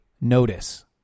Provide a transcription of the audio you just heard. notice